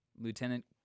Lieutenant